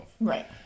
Right